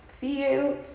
feel